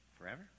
Forever